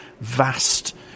vast